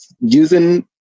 using